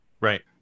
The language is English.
Right